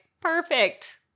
Perfect